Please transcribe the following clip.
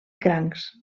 crancs